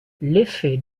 l’effet